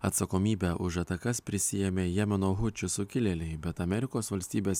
atsakomybę už atakas prisiėmė jemeno hučių sukilėliai bet amerikos valstybės